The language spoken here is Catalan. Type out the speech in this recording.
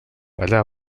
allà